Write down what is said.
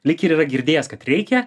lyg ir yra girdėjęs kad reikia